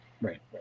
right